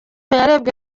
yarebwe